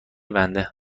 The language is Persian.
بنده